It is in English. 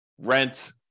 rent